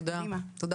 בוקר